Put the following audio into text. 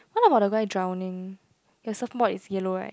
how about the guy drowning the surfboard is yellow right